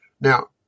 Now